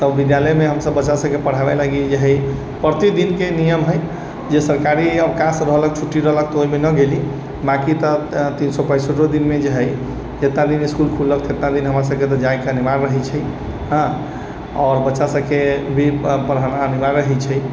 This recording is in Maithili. तऽ विद्यालयमे हम सभ बच्चा सभके लागि पढ़ाबय जे हइ प्रतिदिनके नियम हइ जे सरकारी अवकाश भऽ गेल छुट्टी रहलक तऽ ओहिमे न गेली बाकि तऽ तीन सए पैंसठो दिनमे जे हइ जितना दिन इसकुल खुललक उतना दिन हमरा सभके जाइके अनिवार्य रहै छै हँ आओर बच्चा सभके भी पढ़ाना अनिवार्य ही छै